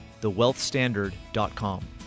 thewealthstandard.com